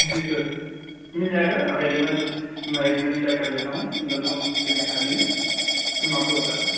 جی sir مل جائے گا اویلیبل میں ایک منٹ چیک کر لیتا ہوں سنگل روم کتنے خالی ہیں پھر میں آپ کو بتاتا ہوں